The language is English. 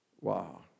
Wow